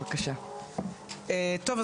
טוב,